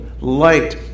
light